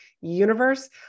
universe